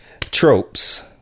Tropes